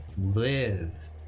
live